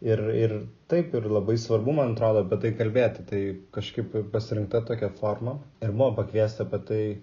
ir ir taip ir labai svarbu man atrodo apie tai kalbėti tai kažkaip pasirinkta tokia forma ir buvom pakviesti apie tai